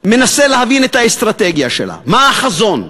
מנסה להבין את האסטרטגיה שלה, מה החזון,